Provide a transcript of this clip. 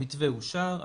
המתווה אושר.